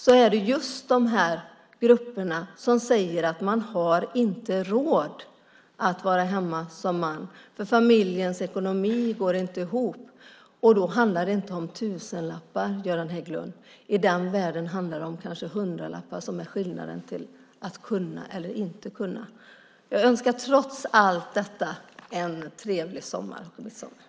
Då är det just i de här grupperna som männen säger att de inte har råd att vara hemma, för familjens ekonomi går inte ihop. Då handlar det inte om tusenlappar, Göran Hägglund. I den världen handlar det kanske om hundralappar som är skillnaden mellan att man kan eller inte kan. Jag önskar trots allt detta en trevlig sommar och midsommar.